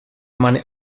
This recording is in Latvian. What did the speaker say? mani